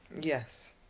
yes